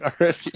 already